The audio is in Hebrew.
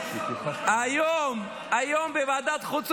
אתה לא מתנגד לחוק.